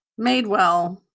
Madewell